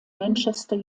manchester